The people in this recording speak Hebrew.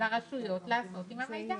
לרשויות לעשות עם המידע.